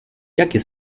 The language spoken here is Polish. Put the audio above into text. jakie